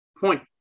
point